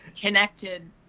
connected